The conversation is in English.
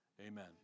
Amen